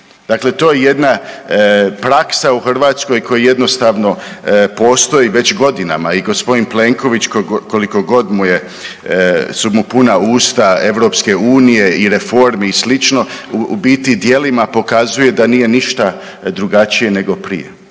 Dakle, to je jedna praksa u Hrvatskoj koja jednostavno postoji već godinama i g. Plenković kolikogod su mu puna usta EU i reformi i sl. u biti djelima pokazuje da nije ništa drugačije nego prije.